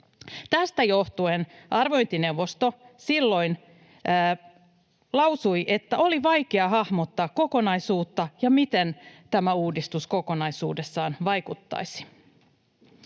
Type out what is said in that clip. Tästä johtuen arviointineuvosto silloin lausui, että oli vaikea hahmottaa kokonaisuutta ja sitä, miten tämä uudistus kokonaisuudessaan vaikuttaisi.